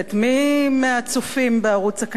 מי מהצופים בערוץ הכנסת,